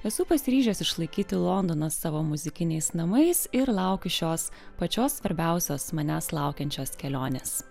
esu pasiryžęs išlaikyti londoną savo muzikiniais namais ir laukė šios pačios svarbiausios manęs laukiančios kelionės